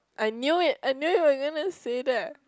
I knew it I knew you were going to say that